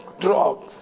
drugs